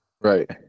Right